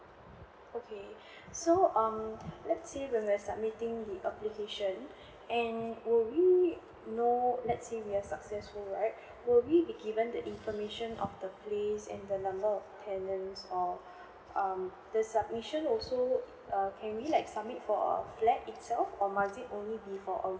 okay so um let's say when we're submitting the application and would we know let's say we're successful right would be given that information of the place and the number of tenants or um the submission also err can we like submit for our flat itself or must it only be for a